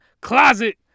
closet